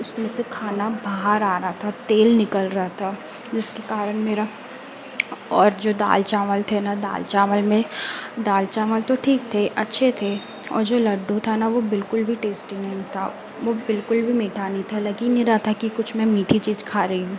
उसमें से खाना बाहर आ रहा था तेल निकल रहा था जिसके कारण मेरा और जो दाल चावल थे ना दाल चावल में दाल चावल तो ठीक थे अच्छे थे और जो लड्डू था ना वह बिल्कुल भी टेस्टी नहीं था वह बिल्कुल भी मीठा नहीं था लग ही नहीं रहा था कि कुछ मैं मीठी चीज़ खा रही हूँ